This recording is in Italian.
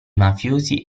mafiosi